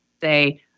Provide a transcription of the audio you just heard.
say